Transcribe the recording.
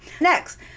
Next